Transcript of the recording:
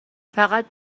فقط